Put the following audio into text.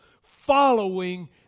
following